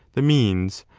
the means,